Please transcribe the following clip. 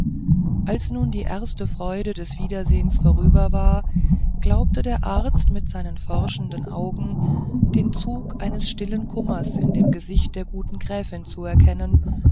als nun die erste freude des wiedersehens vorüber war glaubte der arzt mit seinen forschenden augen den zug eines stillen kummers in dem gesicht der guten gräfin zu erkennen